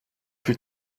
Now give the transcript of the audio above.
plus